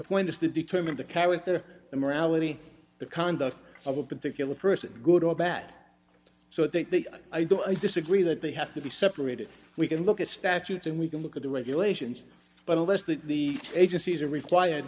point is to determine the care with the morality the conduct of a particular person good or bad so i think the i don't disagree that they have to be separated we can look at statutes and we can look at the regulations but unless the agencies are required